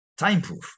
time-proof